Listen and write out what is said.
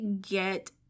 get